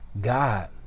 God